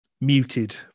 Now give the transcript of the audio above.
muted